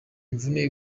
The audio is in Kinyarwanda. imvune